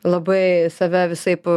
labai save visaip